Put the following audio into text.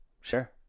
Sure